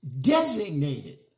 designated